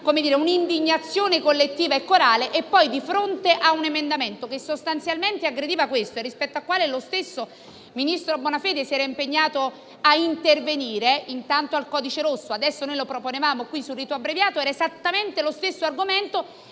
una indignazione collettiva e corale, ma poi troviamo contrarietà di fronte a un emendamento che, sostanzialmente, aggrediva questo fenomeno, rispetto al quale lo stesso ministro Bonafede si era impegnato a intervenire, intanto con il codice rosso. Noi lo proponevamo qui, sul rito abbreviato. Era esattamente lo stesso argomento.